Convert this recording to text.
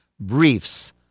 briefs